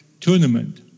tournament